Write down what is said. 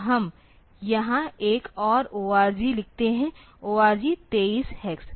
तो हम यहां एक और ORG लिखते हैं ORG 23 हेक्स